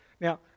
Now